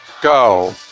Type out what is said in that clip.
go